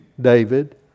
David